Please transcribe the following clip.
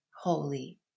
holy